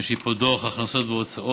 יש לי פה דוח הכנסות והוצאות